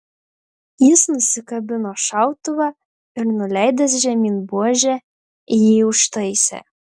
jis nusikabino šautuvą ir nuleidęs žemyn buožę jį užtaisė